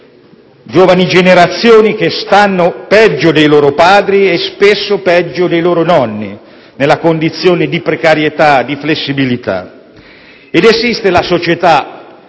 giovani generazioni che stanno peggio dei loro padri, e spesso dei loro nonni, in una condizione di precarietà e flessibilità. Esiste la società,